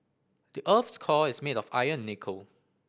the earth's core is made of iron and nickel